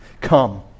Come